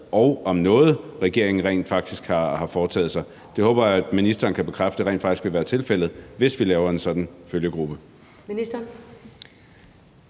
og om noget, regeringen rent faktisk har foretaget sig. Det håber jeg at ministeren kan bekræfte rent faktisk vil være tilfældet, hvis vi laver en sådan følgegruppe. Kl.